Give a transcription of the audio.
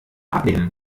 ablehnen